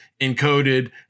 encoded